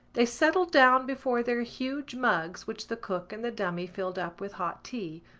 they settled down before their huge mugs which the cook and the dummy filled up with hot tea,